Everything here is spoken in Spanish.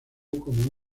como